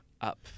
up